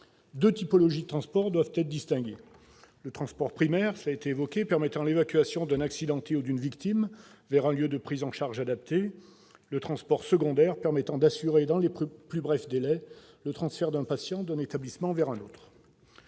Deux typologies de transport doivent être distinguées : le transport primaire, qui permet l'évacuation d'un accidenté ou d'une victime vers un lieu de prise en charge adapté ; le transport secondaire, qui permet d'assurer dans les plus brefs délais le transfert d'un patient d'un établissement vers un autre.